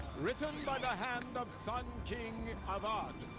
written by the hand of sun king and avad.